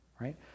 Right